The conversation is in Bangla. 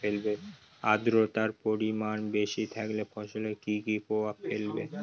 আদ্রর্তার পরিমান বেশি থাকলে ফসলে কি কি প্রভাব ফেলবে?